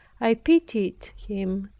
i pitied him,